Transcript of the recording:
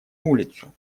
улицу